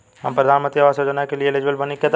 हम प्रधानमंत्री आवास योजना के लिए एलिजिबल बनी?